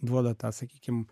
duoda tą sakykim